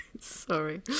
Sorry